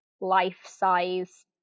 life-size